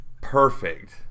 perfect